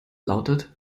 lautet